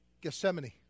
Gethsemane